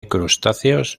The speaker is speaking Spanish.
crustáceos